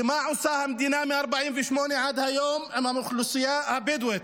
ומה עושה המדינה מ-48' עד היום עם האוכלוסייה הבדואית?